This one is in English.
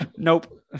nope